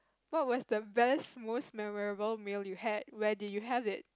what was the best most memorable meal you had where did you have it